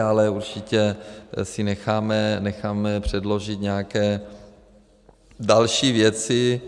Ale určitě si necháme předložit nějaké další věci.